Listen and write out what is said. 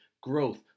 growth